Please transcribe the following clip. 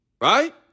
right